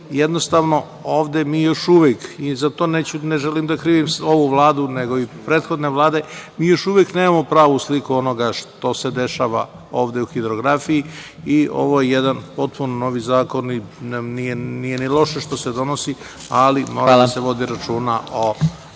Jednostavno, ovde još uvek, za to ne želim da krivim ovu Vladu, nego i prethodne vlade, nemamo pravu sliku onoga što se dešava ovde u hidrografiji i ovo je jedan potpuno novi zakon. Nije ni loše što se donosi, ali mora da se vodi računa.